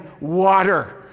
water